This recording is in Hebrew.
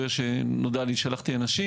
ברגע שנודע לי שלחתי אנשים.